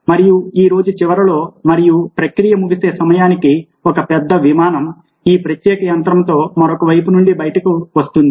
మరియు రోజు చివరిలో మరియు ప్రక్రియ ముగిసే సమయానికి ఒక పెద్ద విమానం ఈ ప్రత్యేక యంత్రంలో మరొక వైపు నుండి బయటకు వస్తుంది